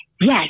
yes